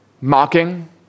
mocking